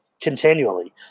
continually